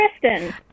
Kristen